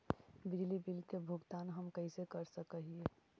बिजली बिल के भुगतान हम कैसे कर सक हिय?